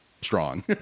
strong